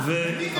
אתה